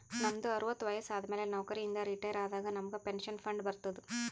ನಮ್ದು ಅರವತ್ತು ವಯಸ್ಸು ಆದಮ್ಯಾಲ ನೌಕರಿ ಇಂದ ರಿಟೈರ್ ಆದಾಗ ನಮುಗ್ ಪೆನ್ಷನ್ ಫಂಡ್ ಬರ್ತುದ್